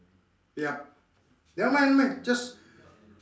yup never mind never mind just